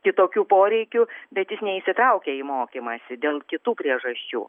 kitokių poreikių bet jis neįsitraukia į mokymąsi dėl kitų priežasčių